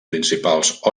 principals